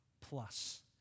plus